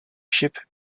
ship